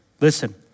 listen